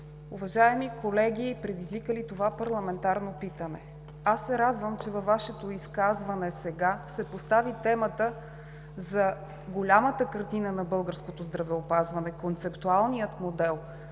Уважаеми колеги, предизвикали това парламентарно питане, аз се радвам, че във Вашето изказване сега се постави темата за голямата картина на българското здравеопазване – концептуалният модел,